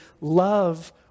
love